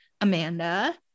Amanda